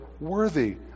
worthy